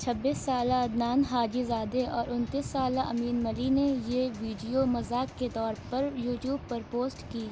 چھبیس سالہ Adnan Hajizadeh اور انتیس سالہ امین ملی نے یہ ویڈیو مذاق کے طور پر یو ٹیوب پر پوسٹ کی